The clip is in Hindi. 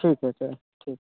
ठीक है सर ठीक